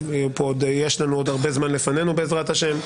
יש לנו עוד הרבה זמן לפנינו בעזרת השם,